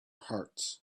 hearts